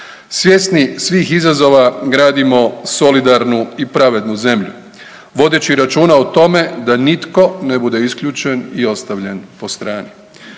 Svjesni svih izazova gradimo solidarnu i pravednu zemlju vodeći računa o tome da nitko ne bude isključen i ostavljen po strani.